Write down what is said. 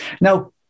Now